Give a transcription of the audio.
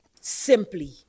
Simply